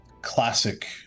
classic